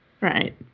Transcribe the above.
Right